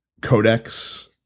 codex